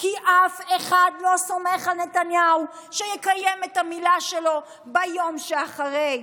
כי אף אחד לא סומך על נתניהו שיקיים את המילה שלו ביום שאחרי,